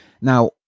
now